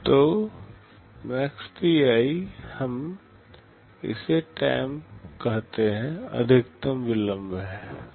तो maxtti हम इसे टैम कहते हैं अधिकतम विलंब है